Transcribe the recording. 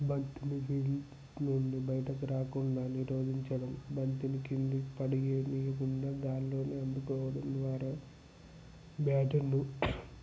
బంతిని గ్రీజ్ నుండి బయటకి రాకుండా నిరోధించడం బంతిని కిందకి పడి ఎనియకుండా దాన్ని వాళ్ళు అందుకోవడం ద్వారా బ్యాటర్లు